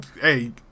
Hey